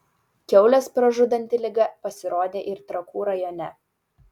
kiaules pražudanti liga pasirodė ir trakų rajone